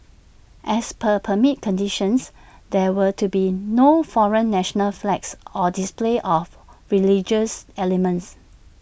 as per permit conditions there were to be no foreign national flags or display of religious elements